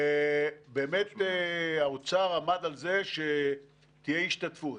ובאמת האוצר עמד על זה שתהיה השתתפות.